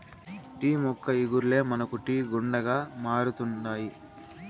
tea మొక్క ఇగుర్లే మనకు టీ గుండగా మారుతండాయి